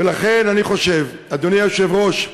ולכן, אני חושב, אדוני היושב-ראש,